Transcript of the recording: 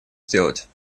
сделать